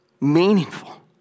Meaningful